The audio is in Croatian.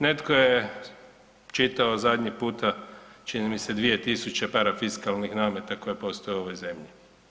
Netko je čitao zadnji puta čini mi se 2000 parafiskalnih nameta koji postoje u ovoj zemlji.